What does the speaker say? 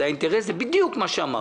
האינטרס הוא בדיוק מה שאמרת.